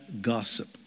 gossip